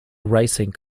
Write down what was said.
racing